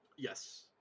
Yes